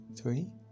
three